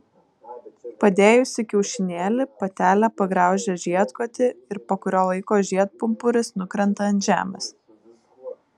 padėjusi kiaušinėlį patelė pagraužia žiedkotį ir po kurio laiko žiedpumpuris nukrenta ant žemės